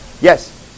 Yes